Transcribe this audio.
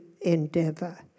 endeavor